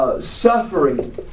Suffering